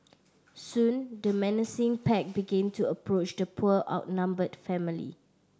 soon the menacing pack begin to approach the poor outnumbered family